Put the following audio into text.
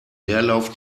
leerlauf